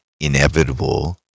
inevitable